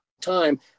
time